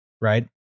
right